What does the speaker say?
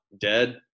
dead